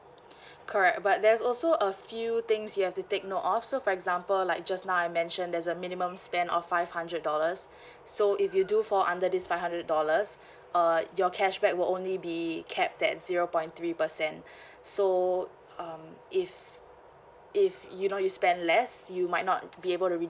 correct but there's also a few things you have to take note of so for example like just now I mentioned there's a minimum spend of five hundred dollars so if you do fall under this five hundred dollars uh your cashback will only be capped at zero point three percent so um if if you know you spend less you might not be able to redeem